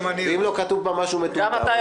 אם לא כתוב בה משהו מטומטום,